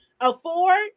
afford